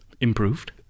Improved